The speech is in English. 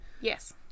Yes